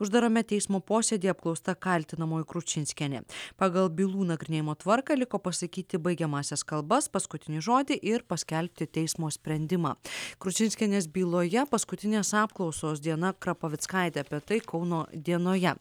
uždarame teismo posėdyje apklausta kaltinamoji kručinskienė pagal bylų nagrinėjimo tvarką liko pasakyti baigiamąsias kalbas paskutinį žodį ir paskelbti teismo sprendimą kručinskienės byloje paskutinės apklausos diana krapavickaitė apie tai kauno dienoje